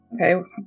Okay